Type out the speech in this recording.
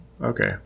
Okay